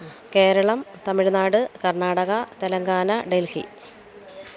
Keralam Tamil Nadu Karnataka Telangana Delhi